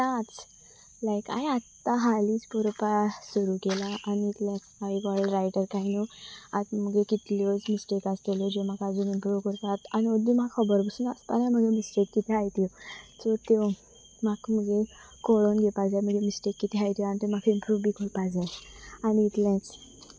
आतांच लायक हांवें आत्तां हालींच बरोवपा सुरू केलां आनी इतलेंच हांवें गोडे रायटर कांय न्हू आतां मुगे कितल्योच मिस्टेक आसतल्यो ज्यो म्हाका आजून इम्प्रूव कोरप आनी दून म्हाका खबर बसून आसपा जाय म म्हद्यो मिस्टेक कितं आाय त्यो सो त्यो म्हाका मगे कळोवन घेवपा जाय मग्यो मिस्टेक कतें आहाय त्यो आनी त्यो म्हाका इम्प्रूव बी कोरपा जाय आनी इतलेंच